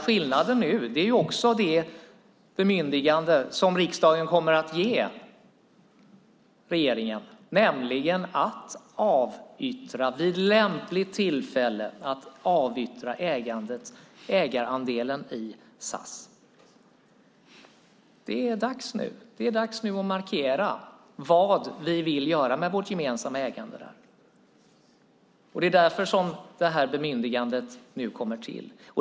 Skillnaden nu är också det bemyndigande som riksdagen kommer att ge regeringen, nämligen att vid lämpligt tillfälle avyttra ägarandelen i SAS. Det är dags nu. Det är dags att markera vad vi vill göra med vårt gemensamma ägande. Det är därför som bemyndigandet nu kommer till.